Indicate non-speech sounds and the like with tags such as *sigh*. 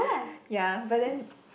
*breath* ya but then *noise*